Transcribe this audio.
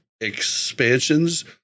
expansions